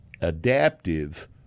adaptive